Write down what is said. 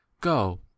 go